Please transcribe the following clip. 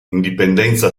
indipendenza